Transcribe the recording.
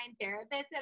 therapist